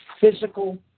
physical